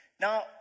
Now